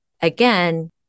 again